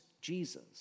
Jesus